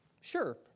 Sure